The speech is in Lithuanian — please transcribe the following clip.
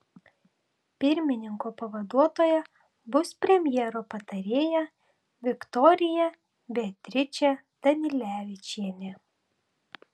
pirmininko pavaduotoja bus premjero patarėja viktorija beatričė danilevičienė